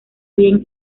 bien